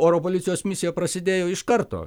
oro policijos misija prasidėjo iš karto